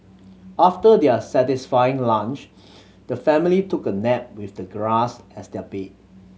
after their satisfying lunch the family took a nap with the grass as their bed